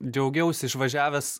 džiaugiausi išvažiavęs